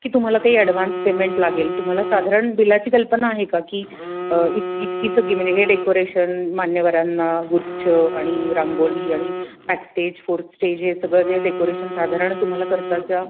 की तुम्हाला काही ॲडव्हान्स पेमेंट लागेल तुम्हाला साधारण बिलाची कल्पना आहे का की इत इतकी सगळी म्हणजे हे डेकोरेशन मान्यवारांना गुच्छ आणि रांगोळी आणि बॅक स्टेज फोर्थ स्टेज हे सगळं जे डेकोरेशन साधारण तुम्हाला खर्चाचा